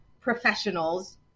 professionals